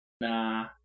Nah